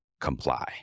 comply